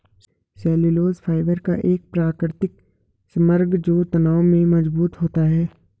cellulose fibre का एक प्राकृतिक समग्र जो तनाव में मजबूत होता है